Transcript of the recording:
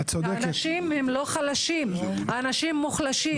האנשים הם לא חלשים, האנשים מוחלשים.